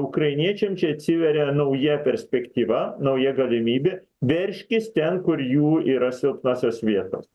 ukrainiečiam čia atsiveria nauja perspektyva nauja galimybė veržkis ten kur jų yra silpnosios vietos